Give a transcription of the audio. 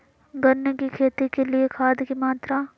गन्ने की खेती के लिए खाद की मात्रा?